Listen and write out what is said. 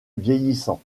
vieillissant